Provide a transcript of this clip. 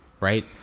right